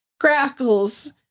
crackles